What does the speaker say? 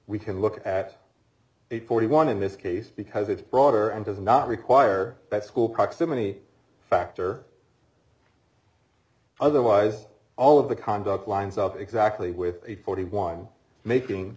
we can look at forty one in this case because it's broader and does not require that school proximity factor otherwise all of the conduct lines up exactly with a forty one making